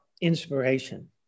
inspiration